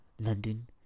London